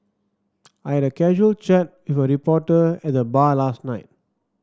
I had casual chat with a reporter at the bar last night